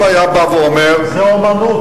אם היה בא ואומר, זאת אמנות.